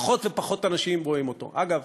ופחות ופחות אנשים רואים אותו, אגב,